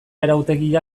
arautegia